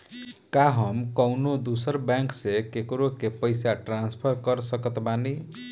का हम कउनों दूसर बैंक से केकरों के पइसा ट्रांसफर कर सकत बानी?